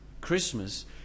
Christmas